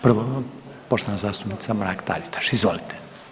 Prvo poštovana zastupnica Mrak-Taritaš, izvolite.